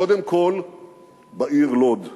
קודם כול בעיר לוד.